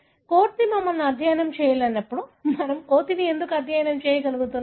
కోతి మమ్మల్ని అధ్యయనం చేయలేనప్పుడు మీరు కోతిని ఎందుకు అధ్యయనం చేయగలుగుతున్నారు